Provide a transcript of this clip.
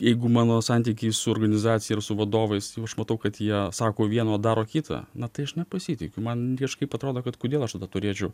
jeigu mano santykiai su organizacija ir su vadovais aš matau kad jie sako viena o daro kita na tai aš nepasitikiu man kažkaip atrodo kad kodėl aš tada turėčiau